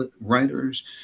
writers